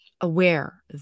aware